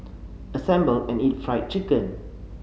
assemble and eat Fried Chicken